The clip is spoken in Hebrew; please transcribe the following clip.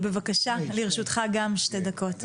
לרשותך גם שתי דקות.